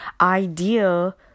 idea